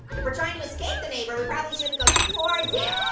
if we're trying to escape the neighbor, we probably shouldn't go towards him,